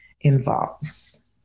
involves